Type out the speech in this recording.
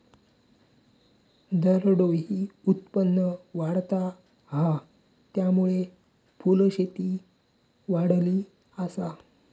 दरडोई उत्पन्न वाढता हा, त्यामुळे फुलशेती वाढली आसा